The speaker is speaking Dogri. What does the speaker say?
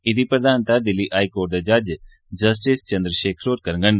एह्दी प्रघानता दिल्ली हाईकोर्ट दे जज जस्टिस चन्द शेखर होर करङन